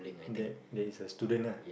then there is a student lah